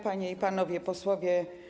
Panie i Panowie Posłowie!